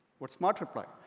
what's smart reply?